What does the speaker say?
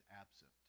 absent